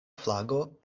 flago